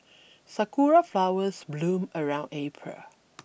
sakura flowers bloom around April